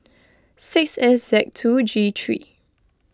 six S Z two G three